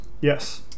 Yes